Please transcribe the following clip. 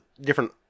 different